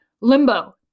limbo